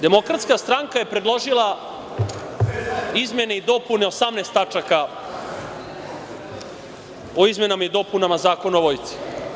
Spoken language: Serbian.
Demokratska stranka je predložila izmene i dopune 18 tačaka o izmenama i dopunama Zakona o Vojsci.